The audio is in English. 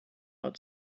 out